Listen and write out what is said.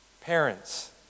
parents